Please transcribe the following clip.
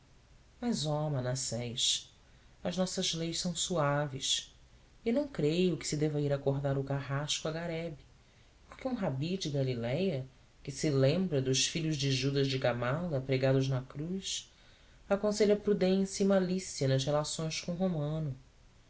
mas oh manassés as nossas leis são suaves e não creio que se deva ir acordar o carrasco a garebe porque um rabi de galiléia que se lembra dos filhos de judas de gamala pregados na cruz aconselha prudência e malícia nas relações com o romano